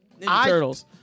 Turtles